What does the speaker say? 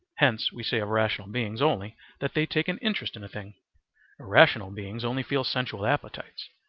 hence we say of rational beings only that they take an interest in a thing irrational beings only feel sensual appetites.